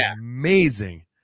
amazing